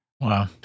Wow